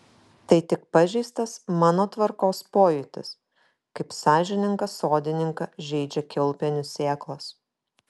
tai tik pažeistas mano tvarkos pojūtis kaip sąžiningą sodininką žeidžia kiaulpienių sėklos